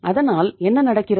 அதனால் என்ன நடக்கிறது